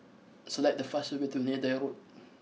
select the fastest way to Neythai Road